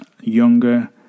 younger